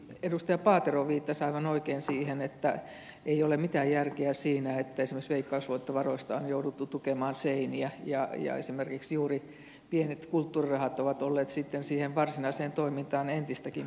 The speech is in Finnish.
edustaja paatero viittasi aivan oikein siihen että ei ole mitään järkeä siinä että esimerkiksi veikkausvoittovaroista on jouduttu tukemaan seiniä ja esimerkiksi juuri pienet kulttuurirahat ovat olleet sitten siihen varsinaiseen toimintaan entistäkin pienemmät